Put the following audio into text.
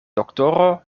doktoro